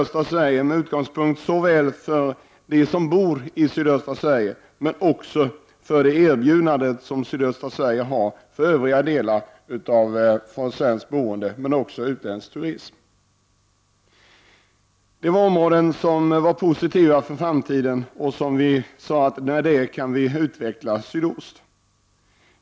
Utvecklingen av turismen är viktig för dem som bor i sydöstra Sverige och för det som regionen kan erbjuda i Sverige boende turister men också utländsk turism. Detta var några av de områden som vi ansåg var positiva och kunde ut vecklas i Sydost.